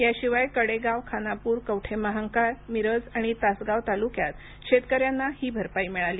याशिवाय कडेगाव खानापूर कवठेमहांकाळ मिरज आणि तासगाव तालुक्यात शेतकऱ्यांना ही भरपाई मिळाली